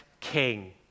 King